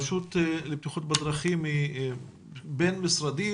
הרשות לבטיחות בדרכים היא בין משרדית